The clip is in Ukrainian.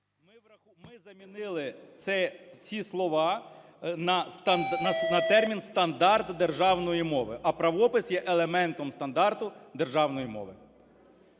Ми замінили ці слова на термін "стандарт державної мови". А правопис є елементом стандарту державної мови.